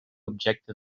objecte